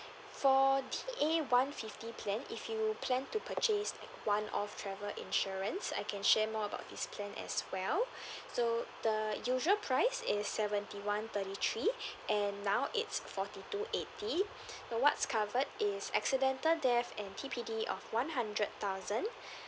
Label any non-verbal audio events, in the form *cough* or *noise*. for D A one fifty plan if you plan to purchase like one-off travel insurance I can share more about this plan as well *breath* so the usual price is seventy one thirty three and now it's forty two eighty now what's covered is accidental death and T_P_D of one hundred thousand